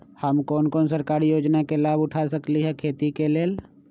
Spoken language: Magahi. हम कोन कोन सरकारी योजना के लाभ उठा सकली ह खेती के लेल?